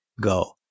Go